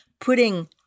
putting